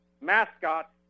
mascot